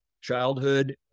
childhood